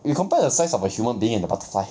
you compare the size of a human being and the butterfly